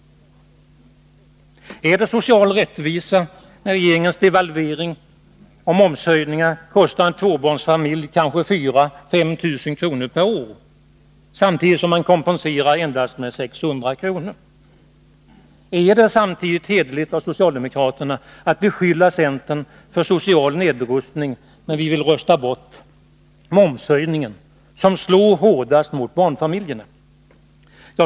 Är det social rättvisa när regeringens devalvering och momshöjning kostar en tvåbarnsfamilj kanske 4000-5000 kr. per år samtidigt som man kompenserar med endast 600 kr.? Är det hederligt av socialdemokraterna att samtidigt beskylla centern för social nedrustning när vi vill rösta bort momshöjningen, som slår hårdast mot barnfamiljerna?